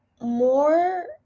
more